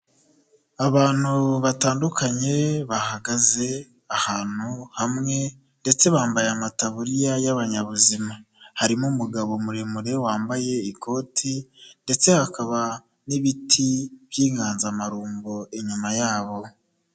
Abantu batandukanye bahagaze ahantu hamwe ndetse bambaye amataburiya y'abanyabuzima, harimo umugabo muremure wambaye ikoti ndetse hakaba n'ibiti by'inganzamarumbo inyuma yabo.